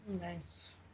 Nice